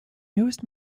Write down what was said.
newest